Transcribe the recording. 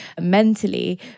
mentally